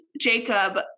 jacob